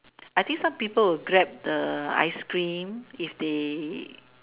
I think some people will Grab the ice cream if they